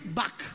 back